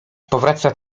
powraca